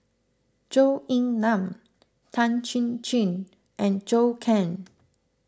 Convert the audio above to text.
Zhou Ying Nan Tan Chin Chin and Zhou Can